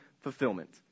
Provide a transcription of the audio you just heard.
fulfillment